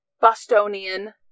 Bostonian